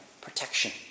Protection